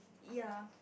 ya